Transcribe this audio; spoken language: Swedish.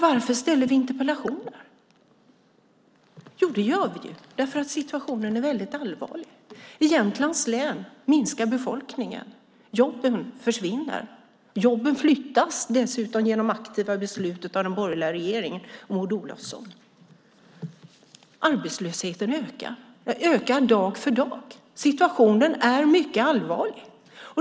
Varför ställer vi interpellationer? Det gör vi för att situationen är väldigt allvarlig. I Jämtlands län minskar befolkningen. Jobben försvinner. Jobben flyttas dessutom genom aktiva beslut av den borgerliga regeringen och Maud Olofsson. Arbetslösheten ökar dag för dag. Situationen är mycket allvarlig.